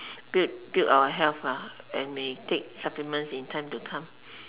build build our health lah and may take supplements in time to come